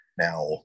Now